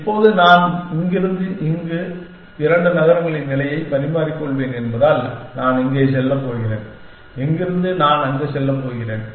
இப்போது நான் இங்கிருந்து இந்த இரண்டு நகரங்களின் நிலையை பரிமாறிக்கொள்வேன் என்பதால் நான் இங்கே செல்லப் போகிறேன் இங்கிருந்து நான் அங்கு செல்லப் போகிறேன்